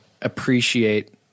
appreciate